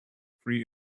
free